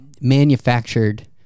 manufactured